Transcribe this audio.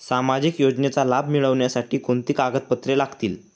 सामाजिक योजनेचा लाभ मिळण्यासाठी कोणती कागदपत्रे लागतील?